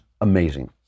amazing